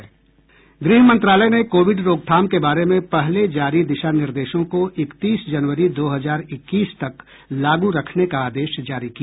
गृह मंत्रालय ने कोविड रोकथाम के बारे में पहले जारी दिशा निर्देशों को इकतीस जनवरी दो हजार इक्कीस तक लागू रखने का आदेश जारी किया